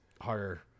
harder